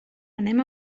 anem